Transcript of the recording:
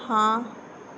ਹਾਂ